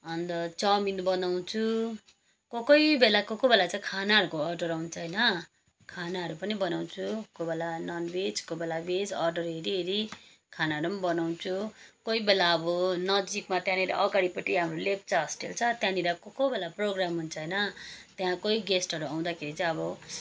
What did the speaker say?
अन्त चाउमिन बनाउँछु कोहीकोही बेला कोहीकोही बेला चाहिँ खानाहरूको अर्डर आउँछ होइन खानाहरू पनि बनाउँछु कोही बेला नन भेज कोहीबेला भेज अर्डर हेरि हेरि खानाहरू बनाउँछु कोहीबेला अब नजिकमा त्यहाँनिर अगाडिपट्टि लेप्चा होस्टेल छ त्यहाँनिर कोहीकोही बेला प्रोग्राम हुन्छ होइन त्यहाँ कोही गेस्टहरू आउँदाखेरि चाहिँ अब